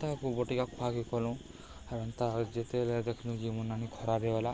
ତାକୁ ବଟିକା ଖୁଆକେ କଲୁ ଆର୍ ତା ଯେତେଲେ ଦେଖଲୁ ଜି ମନ ନାନି ଖରାପ ହୋଇଗଲା